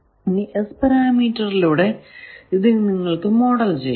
ഇനി S പരാമീറ്ററിലൂടെ ഇത് നിങ്ങൾക്കു മോഡൽ ചെയ്യാം